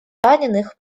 раненых